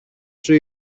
σου